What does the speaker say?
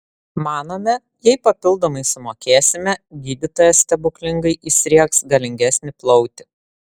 manome jei papildomai sumokėsime gydytojas stebuklingai įsriegs galingesnį plautį